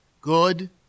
good